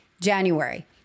January